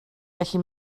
felly